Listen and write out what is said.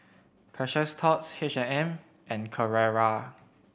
Precious Thots H and M and Carrera